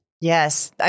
Yes